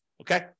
Okay